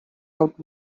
out